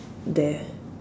there